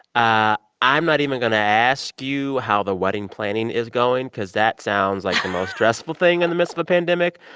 ah i'm not even going to ask you how the wedding planning is going because that sounds like the most stressful thing in the midst of a pandemic.